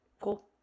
cool